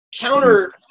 counter